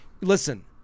listen